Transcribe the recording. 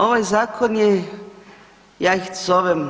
Ovaj zakon je ja ih zovem